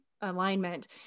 alignment